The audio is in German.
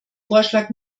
vorschlag